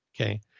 Okay